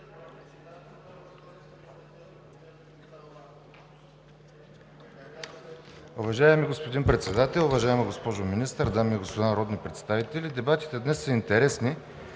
Дебатите днес са интересни.